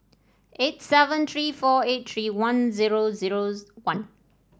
eight seven three four eight three one zero zero one